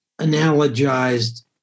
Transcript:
analogized